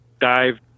dive